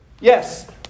Yes